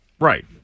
right